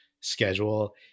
schedule